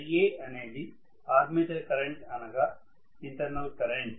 Ia అనేది armature current అనగా internal current